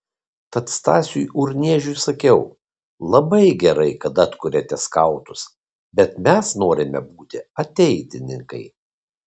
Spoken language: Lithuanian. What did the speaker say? tad stasiui urniežiui sakiau labai gerai kad atkuriate skautus bet mes norime būti ateitininkai